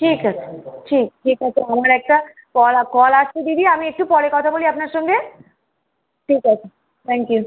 ঠিক আছে ঠিক ঠিক আছে আমার একটা কল কল আসছে দিদি আমি একটু পরে কথা বলি আপনার সঙ্গে ঠিক আছে থ্যাঙ্ক ইউ